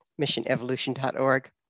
missionevolution.org